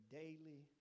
daily